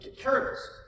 turtles